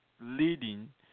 leading